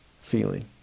feeling